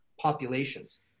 populations